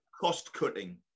cost-cutting